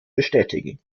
bestätigen